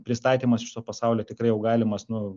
pristatymas iš viso pasaulio tikrai jau galimas nu